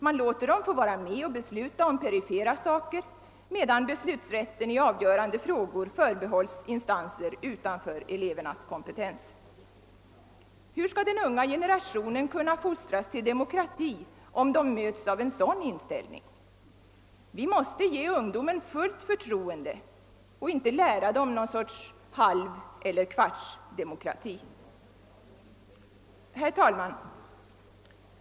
Man låter dem få vara med och besluta om perifera saker medan beslutsrätten i avgörande frågor förbehålls instanser utanför elevernas kompetens. Hur skall den unga generationen kunna fostras till demokrati om de möts av en sådan inställning? Vi måste ge ungdomen fullt förtroende och inte lära dem någon sorts halveller kvartsdemokrati. Herr talman!